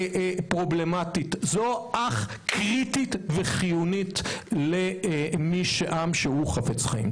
פרובלמטית, אך קריטית וחיונית לעם שהוא חפץ חיים.